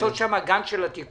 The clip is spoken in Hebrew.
לעשות שם גן של עתיקות,